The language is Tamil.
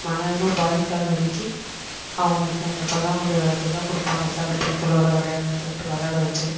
மனதும் பாதிக்காத வலிக்கு அவங்களுக்கு அந்த பல்லாங்குழி விள்ளாட்றத்துக்கு தான் கொடுப்பாங்க சக பெண்களோடய விளையாடணுன்னு சொல்லிகிட்டு விள்ளாட வச்சு